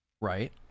Right